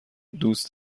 دوست